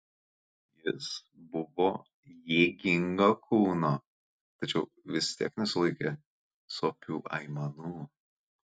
jis buvo jėgingo kūno tačiau vis tiek nesulaikė sopių aimanų